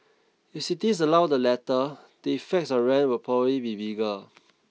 if cities allow the latter the effects on rent will probably be bigger